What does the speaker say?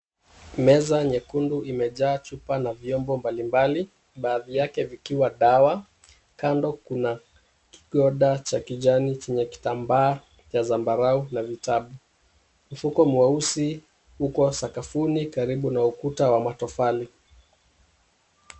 Meza nyekundu imejaa chupa na vyombo mbalimbali baadhi yake vikiwa dawa. Kando kuna kigonda cha kijani chenye kitambaa cha zambarau na kitabu. Mfuko mweusi uko sakafuni karibu na ukuta wa matofali.